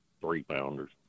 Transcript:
three-pounders